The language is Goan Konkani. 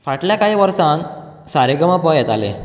फाटल्या कांय वर्सान सारेगमप येतालें